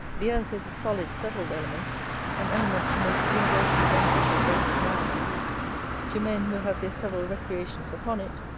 the earth is a solid, settled element an element most universally beneficial both to man and beast to men who have their several recreations upon it,